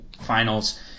finals